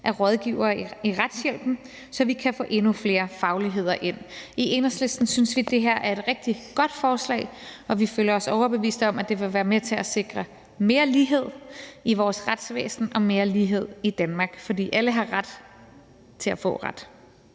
af rådgivere i retshjælpen, så vi kan få endnu flere fagligheder ind. I Enhedslisten synes vi, det her er et rigtig godt forslag, og vi føler os overbevist om, at det vil være med til at sikre mere lighed i vores retsvæsen og mere lighed i Danmark. For alle har ret til at få ret.